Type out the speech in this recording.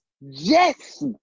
Yes